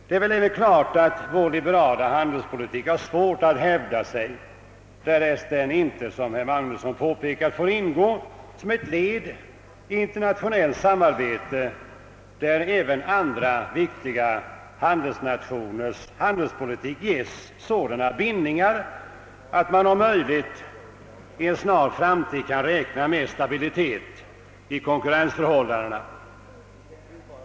Det är klart att vår liberala handelspolitik har svårt att hävda sig därest den inte, som herr Magnusson i Borås påpekat, får ingå som ett led i internationellt samarbete, där även andra viktiga handelsnationers politik ges sådana bindningar, att man om möjligt i en snar framtid kan räkna med stabilitet i konkurrensförhållandena.